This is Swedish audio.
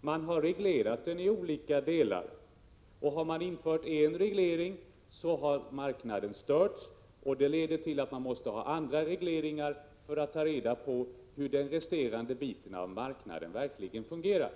Man har reglerat den i olika delar. När man har infört en reglering har marknaden störts, och det leder till att man måste ha andra regleringar för att ta reda på hur den resterande biten av marknaden verkligen fungerar.